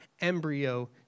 embryo